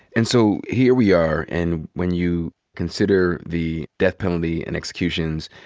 and so here we are. and when you consider the death penalty and executions,